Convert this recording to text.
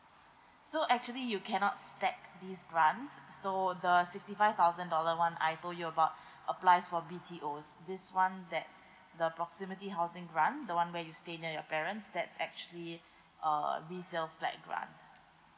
so actually you cannot stack this grants so the sixty five thousand dollar one I told you about applies for B_T_O's this one that the proximity housing grant the one where you stay near your parents that's actually err resale flat grant